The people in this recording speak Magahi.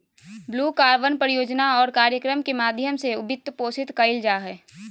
ब्लू कार्बन परियोजना और कार्यक्रम के माध्यम से वित्तपोषित कइल जा हइ